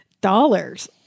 Dollars